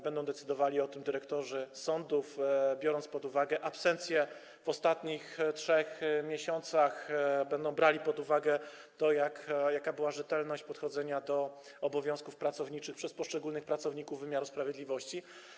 Będą decydowali o tym dyrektorzy sądów, biorąc pod uwagę absencję w ostatnich 3 miesiącach, będą brali pod uwagę to, jaka była rzetelność w podchodzeniu do obowiązków pracowniczych u poszczególnych pracowników wymiaru sprawiedliwości.